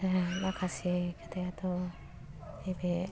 दा माखासे खोथायाथ' नैबे